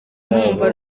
wumva